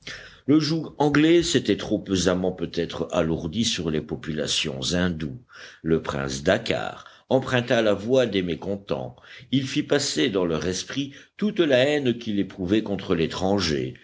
le joug anglais s'était trop pesamment peut-être alourdi sur les populations indoues le prince dakkar emprunta la voix des mécontents il fit passer dans leur esprit toute la haine qu'il éprouvait contre l'étranger